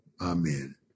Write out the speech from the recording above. amen